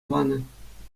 панӑ